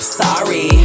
sorry